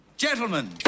Gentlemen